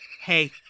hey